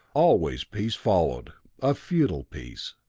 always peace followed a futile peace.